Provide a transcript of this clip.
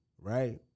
right